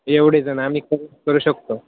एवढे जण आम्ही क करू शकतो